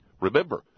Remember